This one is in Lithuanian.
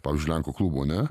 pavyzdžiui lenkų klubų ane